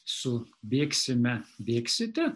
su bėgsime bėgsite